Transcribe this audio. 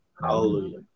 Hallelujah